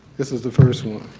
this was the first one.